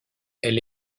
elle